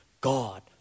God